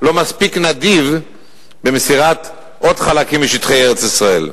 לא מספיק נדיב במסירת עוד חלקים משטחי ארץ-ישראל.